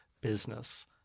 business